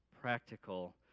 practical